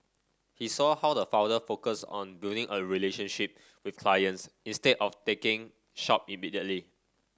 he saw how the founder focus on building a relationship with clients instead of taking shop immediately